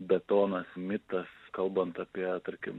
betonas mitas kalbant apie tarkim